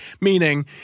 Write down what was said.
Meaning